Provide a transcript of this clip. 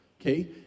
okay